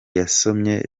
yasomye